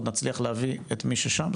עוד נצליח להביא את מי ששם,